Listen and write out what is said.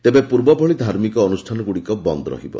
ତେବେ ପୂର୍ବଭଳି ଧାର୍ମିକ ଅନୁଷାନଗୁଡ଼ିକ ବନ୍ଦ ରହିବ